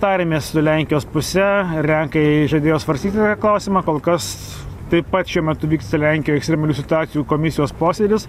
tarėmės su lenkijos puse ir lenkai žadėjo svarstyti tą klausimą kol kas taip pat šiuo metu vyksta lenkijoj ekstremalių situacijų komisijos posėdis